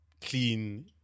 clean